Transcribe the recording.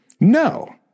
No